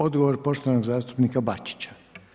Odgovor poštovanog zastupnika Bačića.